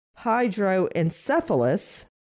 hydroencephalus